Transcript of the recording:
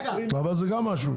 אבל זה גם משהו.